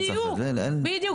בדיוק.